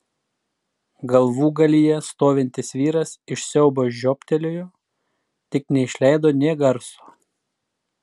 galvūgalyje stovintis vyras iš siaubo žiobtelėjo tik neišleido nė garso